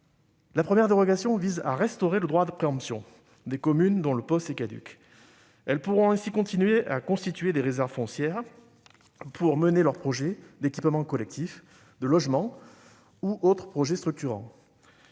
La première dérogation vise à restaurer le droit de préemption des communes dont le POS est caduc. Elles pourront ainsi continuer à constituer des réserves foncières pour mener leurs projets d'équipement collectif, de logement ou d'autres projets structurants.